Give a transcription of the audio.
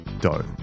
dough